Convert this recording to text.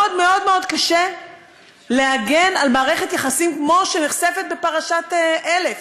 מאוד מאוד מאוד קשה להגן על מערכת יחסים כמו זו שנחשפת בפרשת 1000,